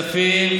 כספים.